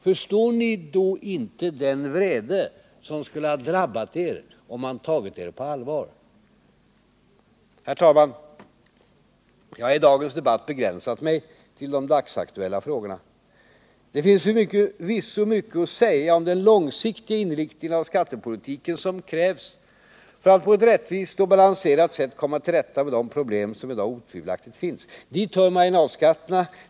Förstår ni då inte den vrede som skulle ha drabbat er om man tagit er på allvar? Herr talman! Jag har i dagens debatt begränsat mig till de dagsaktuella frågorna. Det finns förvisso mycket att säga om den långsiktiga inriktning av skattepolitiken som krävs för att på ett rättvist och balanserat sätt komma till rätta med de problem som i dag otvivelaktigt finns. Dit hör marginalskatten.